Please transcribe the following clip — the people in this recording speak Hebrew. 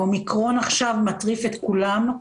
האומיקרון עכשיו מטריף את כולם,